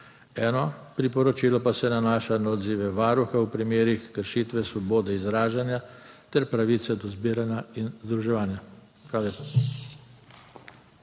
Eno priporočilo pa se nanaša na odzive Varuha v primerih kršitve svobode izražanja ter pravice do zbiranja in združevanja. Hvala lepa.